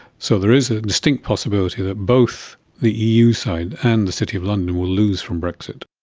so there is a distinct possibility that both the eu side and the city of london will lose from brexit.